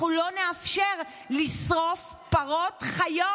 אנחנו לא נאפשר לשרוף פרות חיות